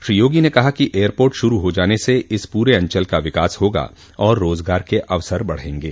श्री योगी ने कहा कि एयरपोर्ट शुरू हो जाने से इस पूरे अंचल का विकास होगा और रोजगार के अवसर बढ़ें गे